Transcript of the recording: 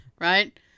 Right